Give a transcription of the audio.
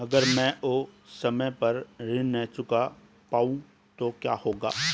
अगर म ैं समय पर ऋण न चुका पाउँ तो क्या होगा?